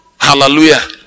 Hallelujah